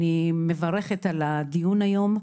אני מברכת על הדיון היום,